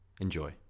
Enjoy